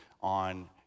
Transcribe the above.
on